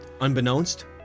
unbeknownst